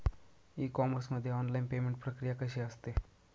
E commerce मध्ये online payment प्रक्रिया कशी असते?